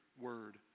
word